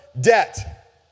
debt